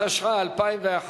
התשע"א 2011,